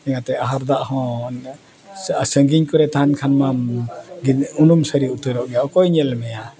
ᱤᱸᱜᱟᱛᱮ ᱟᱦᱟᱨ ᱫᱟᱜ ᱦᱚᱸ ᱥᱟᱺᱜᱤᱧ ᱠᱚᱨᱮ ᱛᱟᱦᱮᱱ ᱠᱷᱟᱱ ᱢᱟᱢ ᱜᱤᱫᱽᱨᱟᱹ ᱩᱱᱩᱢ ᱥᱟᱹᱨᱤ ᱩᱛᱟᱹᱨᱚᱜ ᱜᱮᱭᱟ ᱚᱠᱚᱭ ᱧᱮᱞ ᱢᱮᱭᱟ